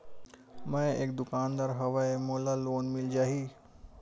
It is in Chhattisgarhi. मै एक दुकानदार हवय मोला लोन मिल जाही?